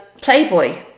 Playboy